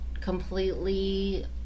completely